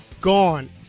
gone